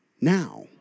now